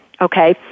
okay